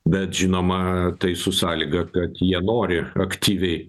bet žinoma tai su sąlyga kad jie nori aktyviai